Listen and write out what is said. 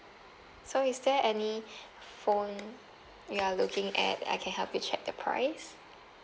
so is there any phone you are looking at I can help you check the price